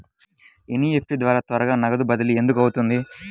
NEFT ద్వారా త్వరగా నగదు బదిలీ ఎందుకు అవుతుంది?